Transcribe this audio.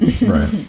Right